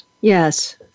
Yes